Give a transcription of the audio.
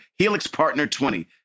HELIXPARTNER20